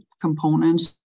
components